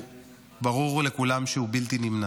שברור לכולם שהוא בלתי נמנע,